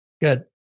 Good